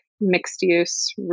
mixed-use